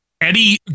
Eddie